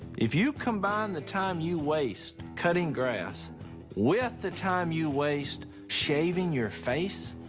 if you combine the time you waste cutting grass with the time you waste shaving your face,